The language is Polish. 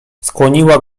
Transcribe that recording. skłoniła